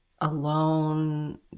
alone